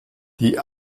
die